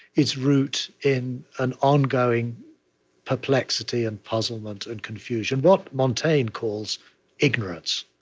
its root in an ongoing perplexity and puzzlement and confusion what montaigne calls ignorance,